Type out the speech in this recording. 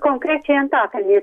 konkrečiai antakalnis